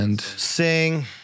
Sing